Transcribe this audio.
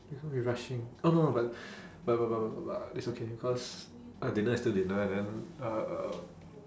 it's gonna be rushing oh no no but but but but but but but it's okay because our dinner is still dinner and then uh